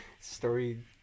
story